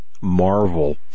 marvel